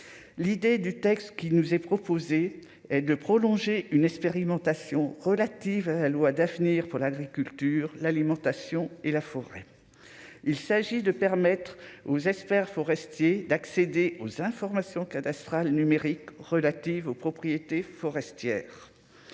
l'idée du texte qui nous est proposé de prolonger une expérimentation relatives à la loi d'avenir pour l'agriculture, l'alimentation et la forêt, il s'agit de permettre aux experts forestiers d'accéder aux informations cadastrales numériques relatives aux propriétés forestières,